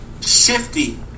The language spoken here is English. shifty